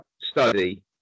study